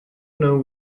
know